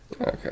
Okay